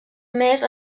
més